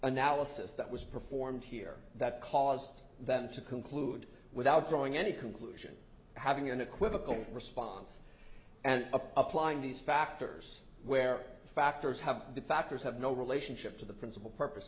analysis that was performed here that caused them to conclude without drawing any conclusion having an equivocal response and applying these factors where the factors have the factors have no relationship to the principal purpose